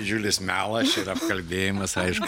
didžiulis melas ir apkalbėjimas aišku